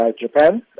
Japan